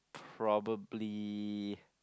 probably